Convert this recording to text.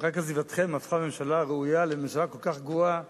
רק עזיבתכם הפכה ממשלה ראויה לממשלה כל כך גרועה,